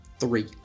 three